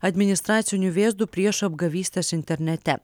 administraciniu vėzdu prieš apgavystes internete